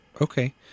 Okay